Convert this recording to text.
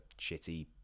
shitty